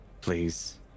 please